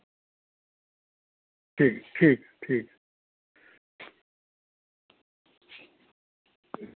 ठीक ठीक ठीक